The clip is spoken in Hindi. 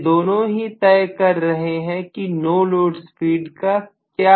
ये दोनों ही तय कर रहे हैं कि नो लोड स्पीड का क्या मूल्य है